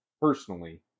personally